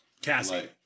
Cassie